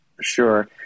Sure